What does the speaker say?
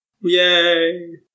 Yay